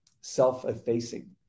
self-effacing